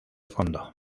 fondo